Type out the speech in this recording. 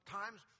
times